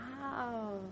Wow